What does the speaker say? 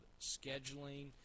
scheduling